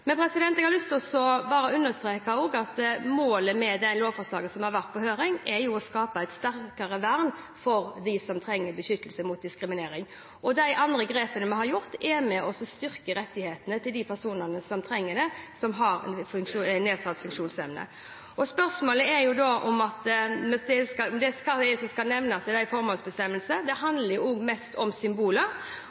Men jeg har bare lyst til å understreke at målet med det lovforslaget som har vært på høring, er å skape et sterkere vern for dem som trenger beskyttelse mot diskriminering. De andre grepene vi har gjort, er med og styrker rettighetene til de personene som trenger det, som har en nedsatt funksjonsevne. Spørsmålet er da at det som skal nevnes i en formålsbestemmelse, handler jo mest om symboler, og jeg mener at det er reelle rettigheter og plikter i loven som er viktig. Det